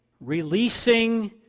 releasing